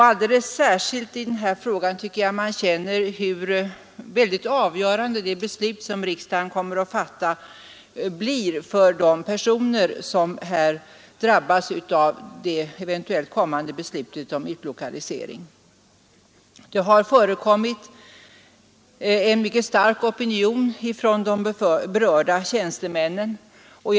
Alldeles särskilt känner man i denna fråga hur avgörande det beslut riksdagen kommer att fatta blir för de personer som kommer att drabbas av utlokaliseringen. En mycket stark opinion från de berörda tjänstemännen har förekommit.